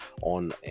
on